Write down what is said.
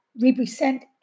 represent